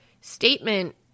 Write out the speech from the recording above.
statement